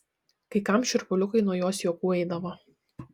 kai kam šiurpuliukai nuo jos juokų eidavo